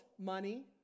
money